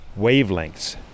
wavelengths